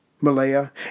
Malaya